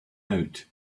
out